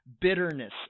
bitterness